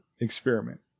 experiment